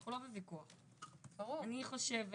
אני חושבת